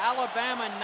Alabama